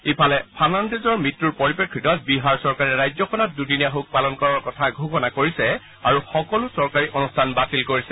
ইফালে ফাৰ্ণাণ্ডেজৰ মৃত্যুৰ পৰিপ্ৰেক্ষিতত বিহাৰ চৰকাৰে ৰাজ্যখনত দুদিনীয়া শোক পালনৰ কথা ঘোষণা কৰিছে আৰু সকলো চৰকাৰী অনুষ্ঠান বাতিল কৰিছে